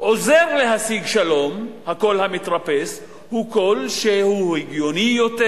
עוזר להשיג שלום, הוא קול שהוא הגיוני יותר,